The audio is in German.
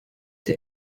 der